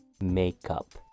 makeup